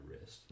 wrist